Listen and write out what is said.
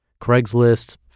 Craigslist